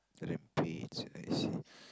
Rampage I see